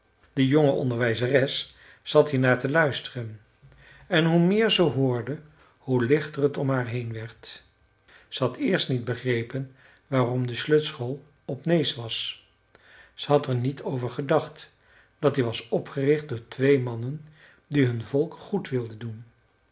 de jonge onderwijzeres zat hiernaar te luisteren en hoe meer ze hoorde hoe lichter t om haar heen werd ze had eerst niet begrepen waarom de slöjdschool op nääs was ze had er niet over gedacht dat die was opgericht door twee mannen die hun volk goed wilden doen